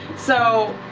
so,